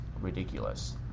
ridiculous